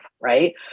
right